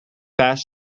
fast